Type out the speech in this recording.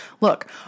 look